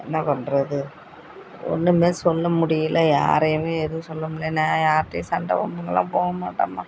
என்ன பண்ணுறது ஒன்றுமே சொல்ல முடியலை யாரையுமே எதுவும் சொல்ல முடியலை நான் யாருகிட்டையும் சண்டை வம்புக்கெல்லாம் போகமாட்டேம்மா